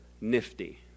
nifty